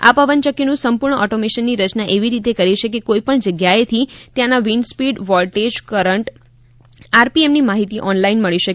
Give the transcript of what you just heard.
આ પવનચક્કી નું સંપૂણ ઓટોમેસન ની રચના એવી રીતે કરી છે કે કોઈ પણ જગ્યા એથી ત્યાં ના wind speed voltage current RPM ની માહિતી ઓનલાઈન મળી શકે